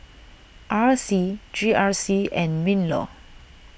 R C G R C and MinLaw